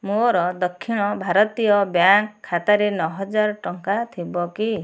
ମୋର ଦକ୍ଷିଣ ଭାରତୀୟ ବ୍ୟାଙ୍କ୍ ଖାତାରେ ନଅ ହଜାର ଟଙ୍କା ଥିବ କି